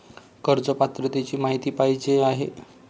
कर्ज पात्रतेची माहिती पाहिजे आहे?